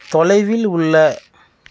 தொலைவில் உள்ள